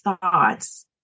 thoughts